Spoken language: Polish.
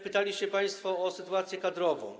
Pytaliście państwo o sytuację kadrową.